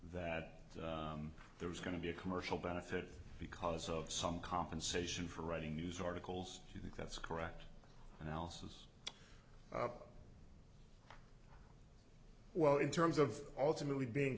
that there was going to be a commercial benefit because of some compensation for writing news articles i think that's correct analysis well in terms of alternately being